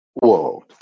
world